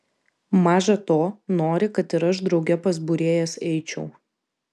maža to nori kad ir aš drauge pas būrėjas eičiau